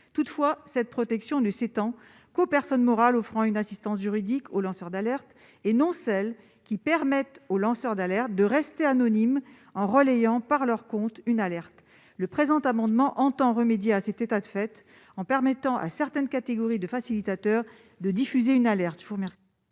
Toutefois, cette protection n'est étendue qu'aux personnes morales offrant une assistance juridique aux lanceurs d'alerte, et non à celles qui permettent aux lanceurs d'alerte de rester anonymes en relayant pour leur compte une alerte. Le présent amendement tend à remédier à cette situation en permettant à certaines catégories de facilitateurs de diffuser une alerte. Quel